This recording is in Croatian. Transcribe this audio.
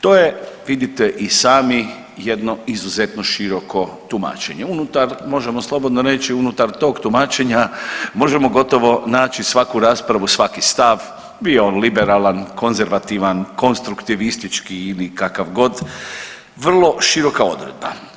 To je, vidite i sami, jedno izuzetno široko tumačenje unutar, možemo slobodno reći, unutar tog tumačenja možemo gotovo naći svaku raspravu, svaki stav, bio on liberalan, konzervativan, konstruktivistički ili kakav god, vrlo široka odredba.